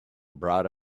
brought